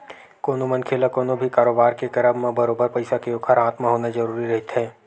कोनो मनखे ल कोनो भी कारोबार के करब म बरोबर पइसा के ओखर हाथ म होना जरुरी रहिथे